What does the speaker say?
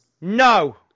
No